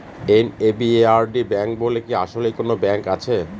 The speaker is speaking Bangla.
এন.এ.বি.এ.আর.ডি ব্যাংক বলে কি আসলেই কোনো ব্যাংক আছে?